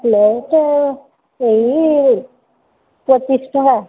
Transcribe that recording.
plate ସେଇ ପଚିଶ ଟଙ୍କା